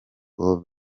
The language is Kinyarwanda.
uwo